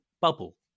bubble